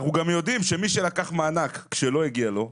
אנחנו יודעים לקחת גם בחזרה ממי שלקח מענק שלא בצדק.